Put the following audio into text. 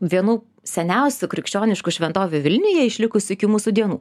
vienų seniausių krikščioniškų šventovių vilniuje išlikusių iki mūsų dienų